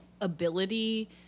ability